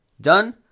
Done